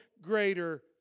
greater